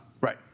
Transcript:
Right